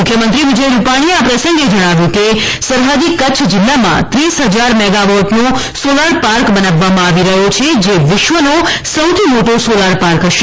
મુખ્યમંત્રી વિજય રૂપાણીએ આ પ્રસંગે જણાવ્યું કે સરહદી કચ્છ જિલ્લામાં ત્રીસ હજાર ગાવોટનો સોલાર પાર્ક બનાવવામાં આવી રહ્યો છે જે વિશ્વનો સૌથી મોટો સોલાર પાર્ક હશે